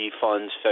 funds